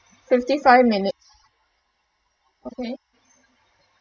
fifty five minutes okay